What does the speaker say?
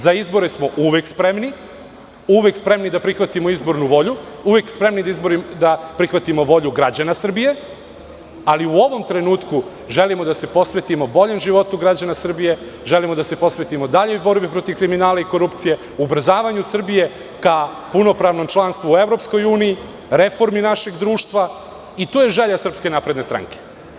Za izbore smo uvek spremni, uvek spremni da prihvatimo izbornu volju, uvek spremni da prihvatimo volju građana Srbije, ali u ovom trenutku želimo da se posvetimo boljem životu građana Srbije, želimo da se posvetimo daljoj borbi protiv kriminala i korupcije, ubrzavanju Srbije ka punopravnom članstvu u EU, reformi našeg društva i to je želja SNS.